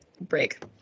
break